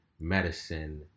medicine